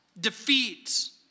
defeats